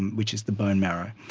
and which is the bone marrow.